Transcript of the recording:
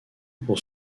pour